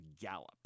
gallop